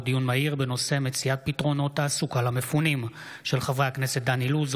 דיון מהיר בהצעתם של חברי הכנסת דן אילוז,